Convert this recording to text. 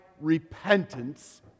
repentance